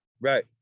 Right